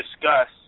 discuss